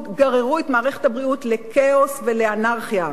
גררו את מערכת הבריאות לכאוס ולאנרכיה.